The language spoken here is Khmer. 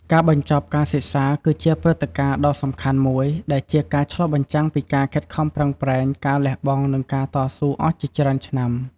ការបញ្ចប់ការសិក្សាគឺជាព្រឹត្តិការណ៍ដ៏សំខាន់មួយ ដែលជាការឆ្លុះបញ្ចាំងពីការខិតខំប្រឹងប្រែង ការលះបង់ និងការតស៊ូអស់ជាច្រើនឆ្នាំ។